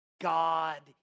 God